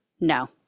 No